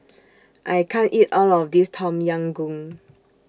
I can't eat All of This Tom Yam Goong